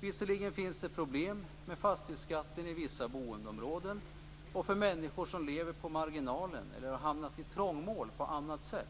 Visserligen finns det problem med fastighetsskatten i vissa boendeområden och för människor som lever på marginalen eller har hamnat i trångmål på annat sätt,